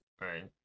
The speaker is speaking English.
right